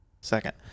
Second